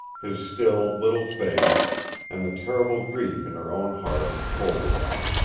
his still little face and the terrible grief in her own heart told her that.